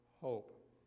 hope